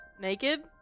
naked